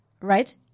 right